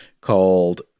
called –